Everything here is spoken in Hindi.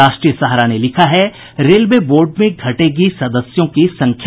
राष्ट्रीय सहारा ने लिखा है रेलवे बोर्ड में घटेगी सदस्यों की संख्या